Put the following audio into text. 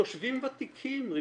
תושבים ותיקים.